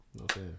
Okay